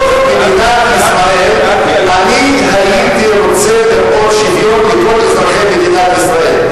בתוך מדינת ישראל אני הייתי רוצה לראות שוויון לכל אזרחי מדינת ישראל.